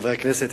חברי הכנסת,